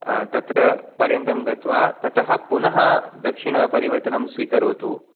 तत्र पर्यन्तं गत्वा ततः पुनः दक्षिणपरिवर्तनं स्वीकरोतु